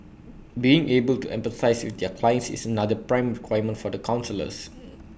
being able to empathise with their clients is another prime requirement for counsellors